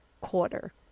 quarter